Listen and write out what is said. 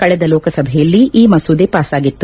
ಕಳೆದ ಲೋಕಸಭೆಯಲ್ಲಿ ಈ ಮಸೂದೆ ಪಾಸಾಗಿತ್ತು